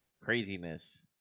craziness